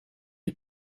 les